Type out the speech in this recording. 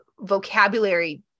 vocabulary